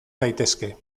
daitezke